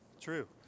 true